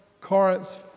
Corinth's